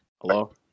Hello